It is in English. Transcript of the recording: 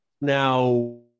Now